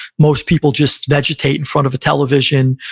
most people just vegetate in front of a television.